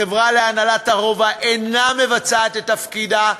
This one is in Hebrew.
החברה המנהלת את הרובע איננה ממלאת את תפקידה.